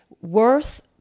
worse